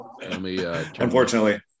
Unfortunately